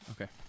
Okay